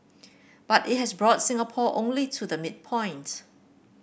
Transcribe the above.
but it has brought Singapore only to the midpoint